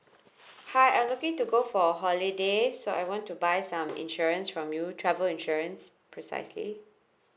hi I'm looking to go for holiday so I want to buy some insurance from you travel insurance precisely